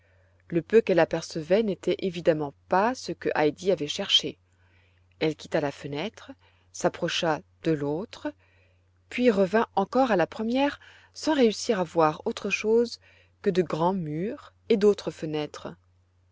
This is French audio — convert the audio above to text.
le peu qu'elle apercevait n'était évidemment pas ce que heidi avait cherché elle quitta la fenêtre s'approcha de l'autre puis revint encore à la première sans réussir à voir autre chose que de grands murs et d'autres fenêtres